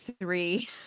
three